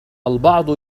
البعض